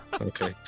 okay